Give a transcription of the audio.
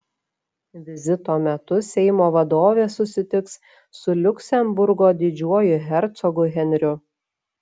vizito metu seimo vadovė susitiks su liuksemburgo didžiuoju hercogu henriu